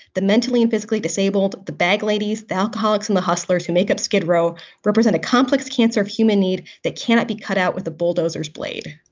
the mentally and physically disabled, the bag ladies, the alcoholics and the hustlers who make up skid row represent a complex cancer of human need that cannot be cut out with the bulldozers blade.